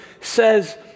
says